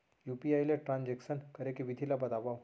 UPI ले transaction करे के विधि ला बतावव?